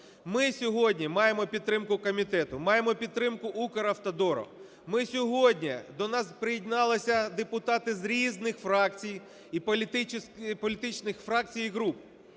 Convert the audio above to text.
ми сьогодні маємо підтримку комітету, маємо підтримку Укравтодору. Ми сьогодні, до нас приєдналися депутати з різних фракцій і політичних фракцій і груп.